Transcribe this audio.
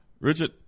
Richard